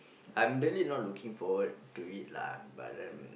I'm really not looking forward to it lah but then